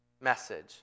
message